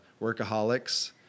workaholics